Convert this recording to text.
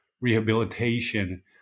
rehabilitation